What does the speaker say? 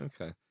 Okay